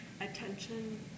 attention